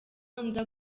nza